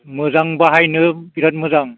मोजां बाहायनो बिराथ मोजां